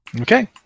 Okay